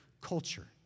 culture